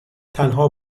تنها